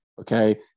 Okay